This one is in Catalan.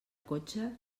cotxe